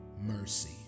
mercy